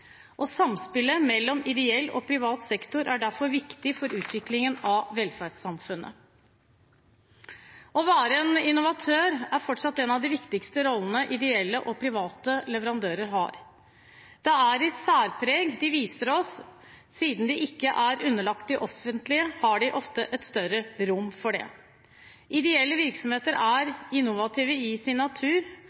og vist vei. Samspillet mellom ideell og privat sektor er derfor viktig for utviklingen av velferdssamfunnet. Å være innovatør er fortsatt en av de viktigste rollene ideelle og private leverandører har. Det er et særpreg de viser oss – siden de ikke er underlagt det offentlige, har de ofte et større rom for det. Ideelle virksomheter er innovative i sin natur